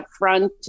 upfront